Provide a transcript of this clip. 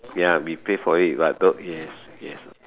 ya we pay for it but though yes yes